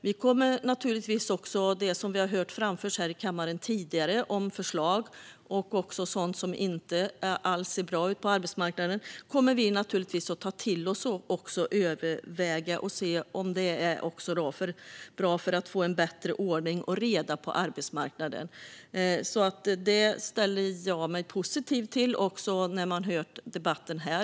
Vi kommer naturligtvis att återkomma om förslag som har tagits upp tidigare i kammaren och om sådant som inte ser bra ut på arbetsmarknaden. Vi kommer att överväga förslag som ger bättre ordning och reda på arbetsmarknaden. Jag ställer mig positiv till detta och även till vad jag har hört i debatten.